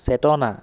চেতনা